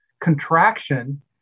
contraction